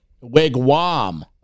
Wigwam